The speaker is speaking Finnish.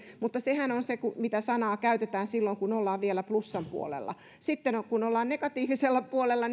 sehän on se mitä sanaa käytetään silloin kun ollaan vielä plussan puolella sitten kun ollaan negatiivisella puolella